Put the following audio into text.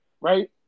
Right